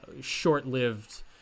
short-lived